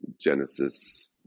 Genesis